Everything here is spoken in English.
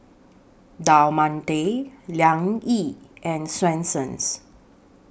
Del Monte Liang Yi and Swensens